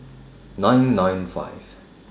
nine nine five